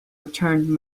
return